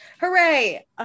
Hooray